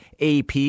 AP